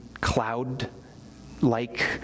cloud-like